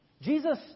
Jesus